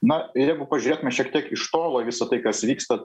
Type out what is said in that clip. na jeigu pažiūrėtume šiek tiek iš tolo į visa tai kas vyksta